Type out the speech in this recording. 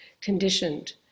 conditioned